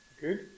good